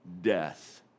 death